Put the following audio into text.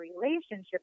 relationship